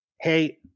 Hey